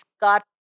got